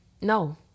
no